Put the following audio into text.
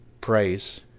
Praise